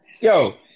Yo